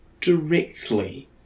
directly